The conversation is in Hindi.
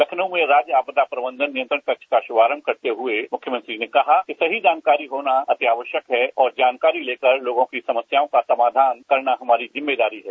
लखनऊ में राज्य आपदा प्रबंधन नियंत्रण कक्ष का शुभारंभ करते हुए मुख्यमंत्री ने कहा कि सही जानकारी होना अत्यावश्यक है और जानकारी लेकर लोगों की समस्याओं का समाधान करना हमारी जिम्मेदारी है